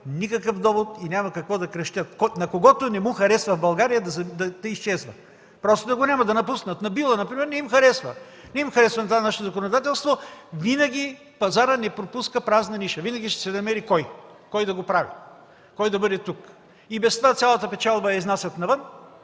никакъв довод и няма какво да крещят. На когото не му харесва в България, да изчезва! Просто да го няма, да напусне! На „Билла” например не им харесва това наше законодателство. Пазарът не пропуска празна ниша, винаги ще се намери кой да го прави, кой да бъде тук. И без това цялата печалба я изнасят навън,